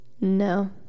No